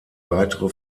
weitere